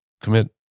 commit